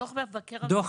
היה דו"ח מבקר המדינה,